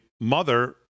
mother